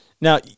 Now